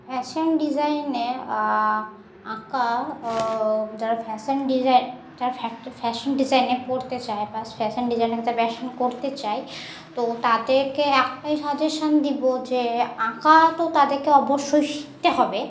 fashion ডিজাইনে আঁকা যারা ফ্যাশান ডিজাইন যারা ফ্যা ফ্যাশন ডিজাইনে পড়তে চায় বা ফ্যাশান ডিজাইনে যা ফ্যাশন করতে চায় তো তাদেরকে একটাই সাজেশান দিব যে আঁকা তো তাদেরকে অবশ্যই শিখতে হবে